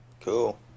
Cool